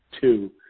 two